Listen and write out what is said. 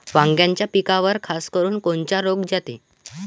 वांग्याच्या पिकावर खासकरुन कोनचा रोग जाते?